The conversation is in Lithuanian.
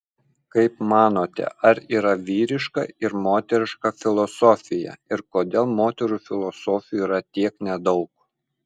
kaip manote ar yra vyriška ir moteriška filosofija ir kodėl moterų filosofių yra tiek nedaug